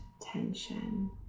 tension